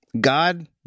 God